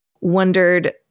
wondered